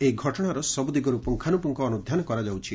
ଏହି ଘଟଣାର ସବୁ ଦିଗରୁ ପୁଙ୍ଙାନୁପୁଙ୍ଙ ଅନୁଧ୍ଧାନ କରାଯାଉଛି